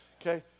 okay